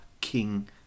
King